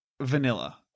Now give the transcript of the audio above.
Vanilla